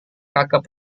kakak